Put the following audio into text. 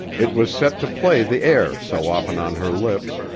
it was set to play the air so often on her lips,